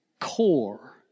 core